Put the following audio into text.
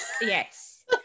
Yes